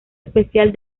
especial